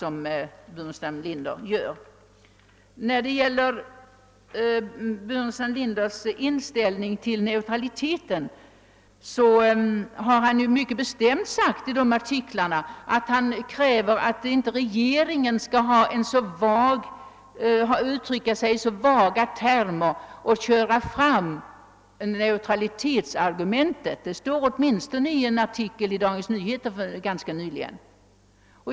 I fråga om herr Burenstam Linders inställning till neutraliteten har han mycket bestämt sagt i sina artiklar, att han kräver att regeringen inte skall uttrycka sig i så »vaga termer» och köra fram neutralitetsargumentet. Så stod det åtminstone i en artikel i Dagens Nyheter ganska nyligen.